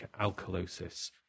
alkalosis